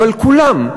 אבל כולם,